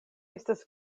estas